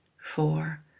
four